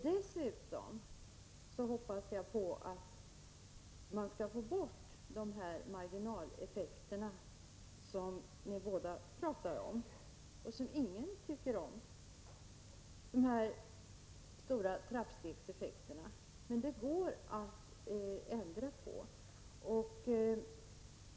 Dessutom hoppas jag att man skall få bort marginaleffekterna, som ni båda talar om och som ingen tycker om. Det går att ändra på de stora trappstegseffekterna.